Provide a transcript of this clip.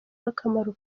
n’akamaro